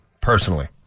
personally